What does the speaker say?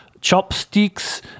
chopsticks